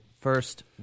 first